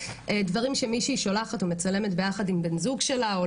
דברים שמישהי שולחת או מצלמת ביחד עם בן זוג שלה או